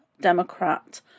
Democrat